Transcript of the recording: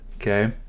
Okay